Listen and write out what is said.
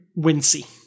wincy